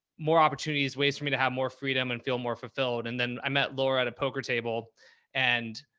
more opportunities, ways for me to have more freedom and feel more fulfilled. and then i met laura at a poker table and.